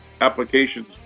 applications